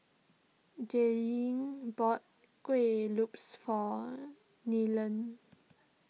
Jadyn bought Kuih Lopes for Nellie